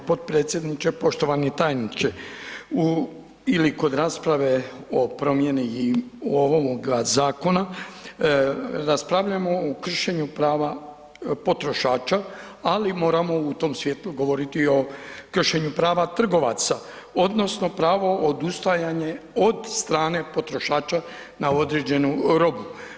Poštovani potpredsjedniče, poštovani tajniče, u ili kod rasprave o promjeni i …/nerazumljivo/… zakona raspravljamo o kršenju prava potrošača, ali moramo u tom svjetlu govoriti i o kršenju prava trgovaca odnosno pravo odustajanje od strane potrošača na određenu robu.